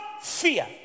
fear